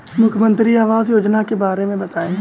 मुख्यमंत्री आवास योजना के बारे में बताए?